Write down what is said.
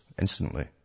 instantly